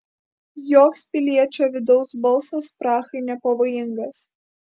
joks piliečio vidaus balsas prahai nepavojingas